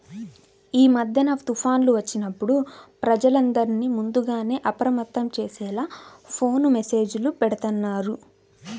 యీ మద్దెన తుఫాన్లు వచ్చినప్పుడు ప్రజలందర్నీ ముందుగానే అప్రమత్తం చేసేలా ఫోను మెస్సేజులు బెడతన్నారు